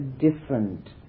different